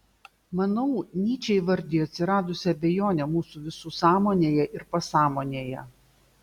manau nyčė įvardijo atsiradusią abejonę mūsų visų sąmonėje ir pasąmonėje